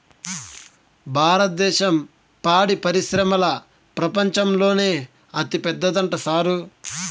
భారద్దేశం పాడి పరిశ్రమల ప్రపంచంలోనే అతిపెద్దదంట సారూ